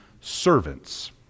servants